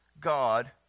God